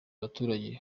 abaturage